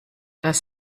das